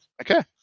Okay